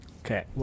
Okay